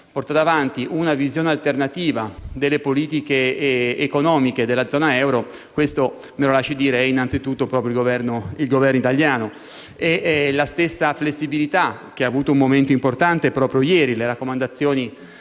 portato avanti una visione alternativa delle politiche economiche della zona euro, questo - me lo lasci dire - è proprio il Governo italiano. E la stessa flessibilità, che ha avuto un momento importante proprio ieri - le raccomandazioni